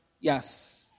Yes